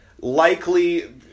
likely